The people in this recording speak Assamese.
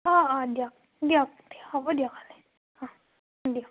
অঁ অঁ দিয়ক দিয়ক হ'ব দিয়ক হ'লে অঁ দিয়ক